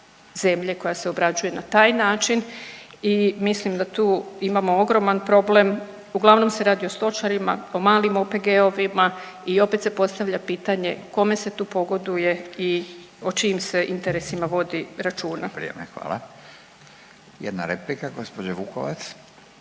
zemlje koja se obrađuje na taj način i mislim da tu imamo ogroman problem. Uglavnom se radi o stočarima, o malim OPG-ovima i opet se postavlja pitanje kome se tu pogoduje i o čijim se interesima vodi računa. **Radin, Furio (Nezavisni)** Vrijeme, hvala. Jedna replika gospođa Vukovac.